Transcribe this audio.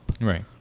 Right